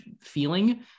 feeling